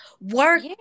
work